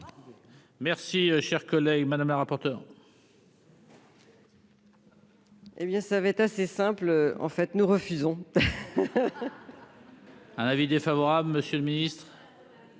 Merci, cher collègue Madame la rapporteure. Hé bien, ça va être assez simple en fait, nous refusons. Un avis défavorable, monsieur le Ministre,